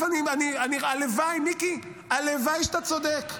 הלוואי, מיקי, הלוואי שאתה צודק.